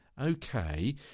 Okay